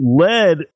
led